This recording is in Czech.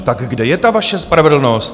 Tak kde je ta vaše spravedlnost?